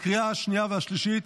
לקריאה השנייה והשלישית.